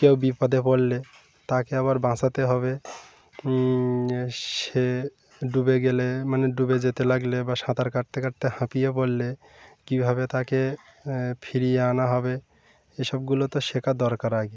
কেউ বিপদে পড়লে তাকে আবার বাঁচাতে হবে সে ডুবে গেলে মানে ডুবে যেতে লাগলে বা সাঁতার কাটতে কাটতে হাঁপিয়ে পড়লে কীভাবে তাকে ফিরিয়ে আনা হবে এসবগুলো তো শেখার দরকার আগে